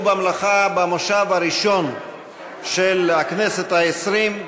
במלאכה במושב הראשון של הכנסת העשרים,